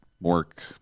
work